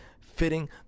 fitting